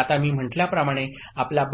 आता मी म्हटल्याप्रमाणे आपल्या